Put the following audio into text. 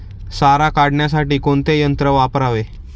सारा काढण्यासाठी कोणते यंत्र वापरावे?